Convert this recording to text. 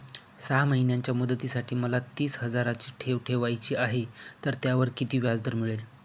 सहा महिन्यांच्या मुदतीसाठी मला तीस हजाराची ठेव ठेवायची आहे, तर त्यावर किती व्याजदर मिळेल?